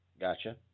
Gotcha